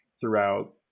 throughout